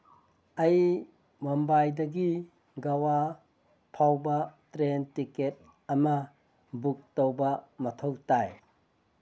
ꯑꯩ ꯃꯨꯝꯕꯥꯏꯗꯒꯤ ꯒꯋꯥ ꯐꯥꯎꯕ ꯇ꯭ꯔꯦꯟ ꯇꯤꯛꯀꯦꯠ ꯑꯃ ꯕꯨꯛ ꯇꯧꯕ ꯃꯊꯧ ꯇꯥꯏ